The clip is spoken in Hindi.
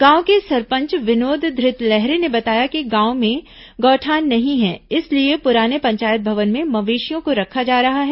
गांव के सरपंच विनोद धृतलहरे ने बताया कि गांव में गौठान नहीं है इसलिए पुराने पंचायत भवन में मवेशियों को रखा जा रहा है